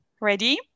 Ready